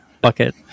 bucket